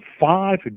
five